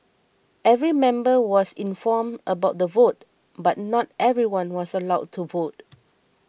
every member was informed about the vote but not everyone was allowed to vote